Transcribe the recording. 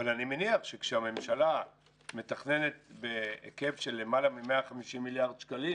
אבל אני מניח שכשהממשלה מתכננת בהיקף של למעלה מ-150 מיליארד שקלים